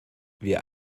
wir